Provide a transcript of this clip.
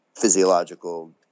physiological